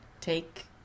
take